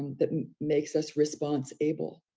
that makes us response able,